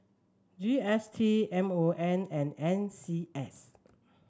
G S T M O N and N C S